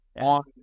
on